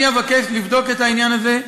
אני אבקש לבדוק את העניין הזה.